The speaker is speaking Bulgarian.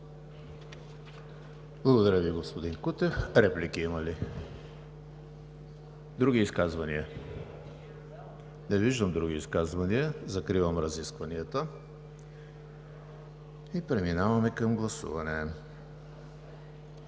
Благодаря Ви, господин Кутев. Реплики има ли? Не. Други изказвания? Не виждам. Закривам разискванията. Преминаваме към гласуване.